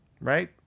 right